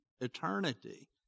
eternity